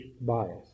bias